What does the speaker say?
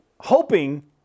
hoping